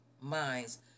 minds